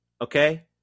okay